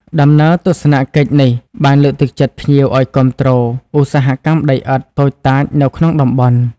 ដំណើរទស្សនកិច្ចនេះបានលើកទឹកចិត្តភ្ញៀវឱ្យគាំទ្រ ឧស្សាហកម្មដីឥដ្ឋ តូចតាចនៅក្នុងតំបន់។